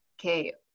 Okay